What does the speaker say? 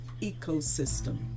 ecosystem